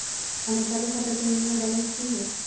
हमर चालू खाता के मिनिमम बैलेंस कि हई?